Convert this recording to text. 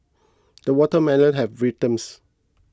the watermelon has ripened